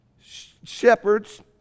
shepherds